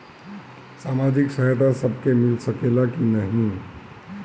सामाजिक सहायता सबके मिल सकेला की नाहीं?